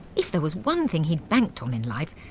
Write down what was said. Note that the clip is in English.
if there was one thing he'd banked on in life,